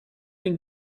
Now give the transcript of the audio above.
and